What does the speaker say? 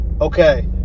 okay